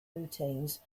routines